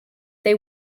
they